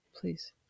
Please